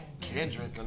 Kendrick